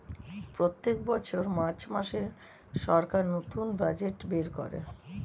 প্রত্যেক বছর মার্চ মাসে সরকার নতুন বাজেট বের করে